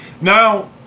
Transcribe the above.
Now